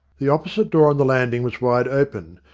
the opposite door on the landing was wide open,